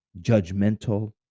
judgmental